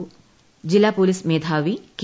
K ജില്ലു police മേധാവി K